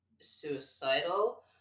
Suicidal